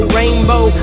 rainbow